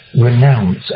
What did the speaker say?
renounce